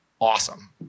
Awesome